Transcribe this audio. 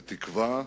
ותקווה,